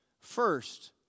First